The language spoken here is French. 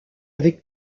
avec